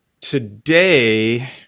today